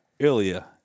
earlier